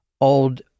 old